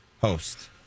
host